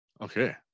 okay